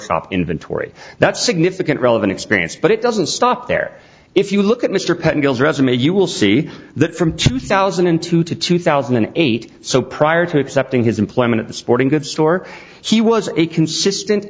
prototype inventory that's significant relevant experience but it doesn't stop there if you look at mr penfold resume you will see that from two thousand and two to two thousand and eight so prior to accepting his employment at the sporting goods store he was a consistent